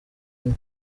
imwe